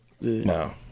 No